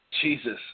Jesus